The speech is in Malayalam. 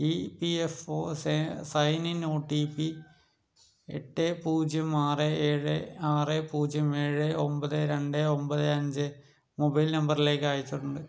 ഇ പി എഫ് ഒ സെ sign in O T P എട്ട് പൂജ്യം ആറ് ഏഴ് ആറ് പൂജ്യം ഏഴ് ഒമ്പത് രണ്ട് ഒമ്പത് അഞ്ച് മൊബൈൽ നമ്പറിലേക്ക് അയച്ചിട്ടുണ്ട്